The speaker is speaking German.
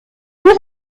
hier